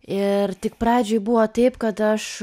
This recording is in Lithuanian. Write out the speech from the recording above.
ir tik pradžioj buvo taip kad aš